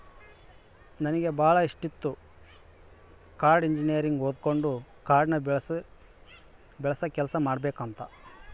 ನನಗೆ ಬಾಳ ಇಷ್ಟಿತ್ತು ಕಾಡ್ನ ಇಂಜಿನಿಯರಿಂಗ್ ಓದಕಂಡು ಕಾಡ್ನ ಬೆಳಸ ಕೆಲ್ಸ ಮಾಡಬಕಂತ